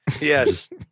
Yes